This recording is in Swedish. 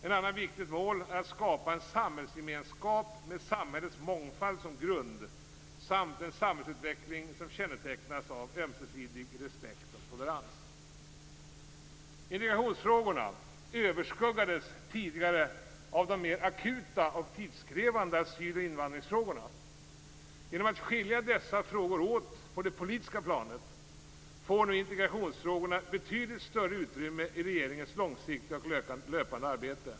Ett annat viktigt mål är att skapa en samhällsgemenskap med samhällets mångfald som grund samt en samhällsutveckling som kännetecknas av ömsesidig respekt och tolerans. Integrationsfrågorna överskuggades tidigare av de mer akuta och tidskrävande asyl och invandringsfrågorna. Genom att skilja dessa frågor åt på det politiska planet får nu integrationsfrågorna betydligt större utrymme i regeringens långsiktiga och löpande arbete.